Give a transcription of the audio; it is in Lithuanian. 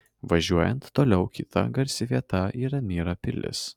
važiuojant toliau kita garsi vieta yra myro pilis